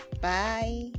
Bye